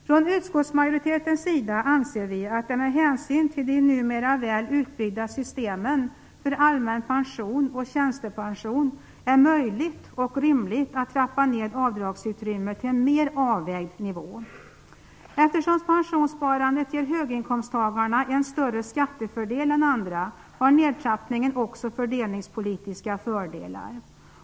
Från utskottsmajoritetens sida anser vi att det med hänsyn till de numera väl utbyggda systemen för allmän pension och tjänstepension är möjligt och rimligt att trappa ned avdragsutrymmet till en mer avvägd nivå. Eftersom pensionssparandet ger höginkomsttagarna en större skattefördel än andra har nedtrappningen också fördelningspolitiska fördelar.